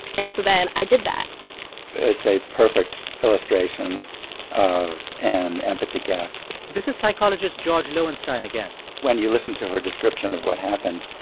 and so then i did that it's a perfect illustration of an empathy gap this is psychologist george loewenstein again when you listen to her description of what happened,